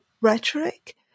rhetoric